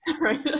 right